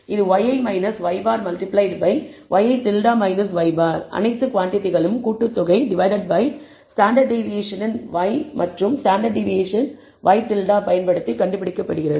இது yi y̅ multiply by ŷi y̅ அனைத்து குவாண்டிடிகளின் கூட்டுத்தொகை டிவைடட் பை ஸ்டாண்டர்ட் டிவியேஷன் இன் y மற்றும் ஸ்டாண்டர்ட் டிவியேஷன் இன் ŷ பயன்படுத்தி கண்டுபிடிக்கப்படுகிறது